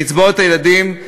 קצבאות הילדים,